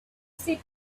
sit